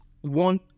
one